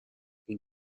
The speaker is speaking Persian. این